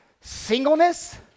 Singleness